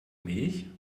milch